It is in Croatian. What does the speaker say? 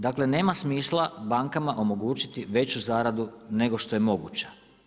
Dakle, nema smisla bankama omogućiti veću zaradu nego što je moguća.